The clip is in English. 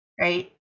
right